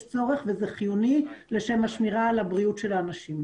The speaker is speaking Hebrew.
צורך וזה חיוני לשם השמירה על בריאות האנשים.